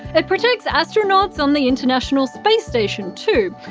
it protects astronauts on the international space station too,